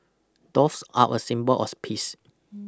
doves are a symbol of peace